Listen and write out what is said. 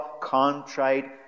contrite